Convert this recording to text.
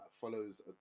follows